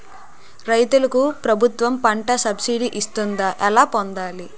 రైతులకు ప్రభుత్వం పంట సబ్సిడీ ఇస్తుందా? ఎలా పొందాలి?